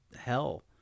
hell